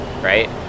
right